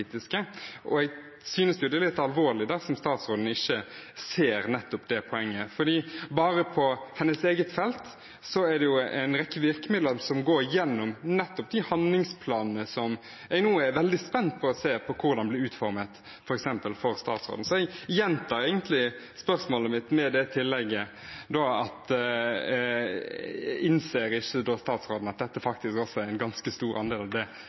Jeg synes det er litt alvorlig dersom statsråden ikke ser nettopp det poenget. Bare på hennes eget felt er det en rekke virkemidler som går gjennom nettopp de handlingsplanene som jeg er veldig spent på å se hvordan blir utformet. Så jeg gjentar egentlig spørsmålet mitt med det tillegget: Innser ikke statsråden at det er en ganske stor andel av dette som faktisk er hennes ansvar? Jo, absolutt. Som jeg sa, er arbeidet mot hatkriminalitet en helt sentral likestillingsutfordring, men jeg viste til det